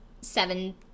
seven